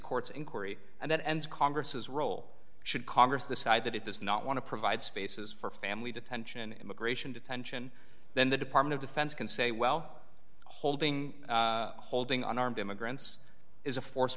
court's inquiry and that ends congress role should congress decide that it does not want to provide spaces for family detention immigration detention then the department of defense can say well holding holding unarmed immigrants is a force